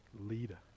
leader